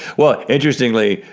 well, interestingly,